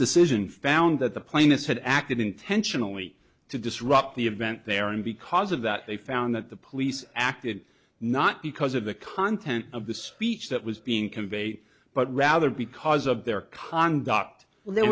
decision found that the plaintiffs had acted intentionally to disrupt the event there and because of that they found that the police acted not because of the content of the speech that was being conveyed but rather because of their conduct well there